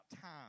time